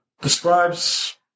describes